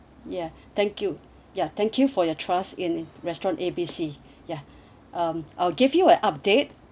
ya thank you ya thank you for your trust in restaurant A B C ya um I'll give you an update